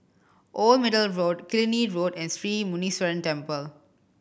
Old Middle Road Killiney Road and Sri Muneeswaran Temple